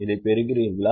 இதைப் பெறுகிறீர்களா